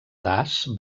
das